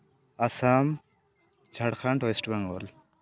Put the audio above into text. Assam Jharkhand west Bengal